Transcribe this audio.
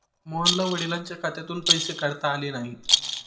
मोहनला वडिलांच्या खात्यातून पैसे काढता आले नाहीत